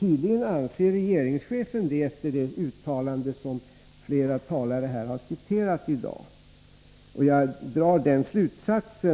Tydligen anser regeringschefen det, att döma av det uttalande som flera talare har citerat här i dag.